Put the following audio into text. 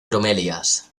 bromelias